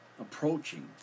approaching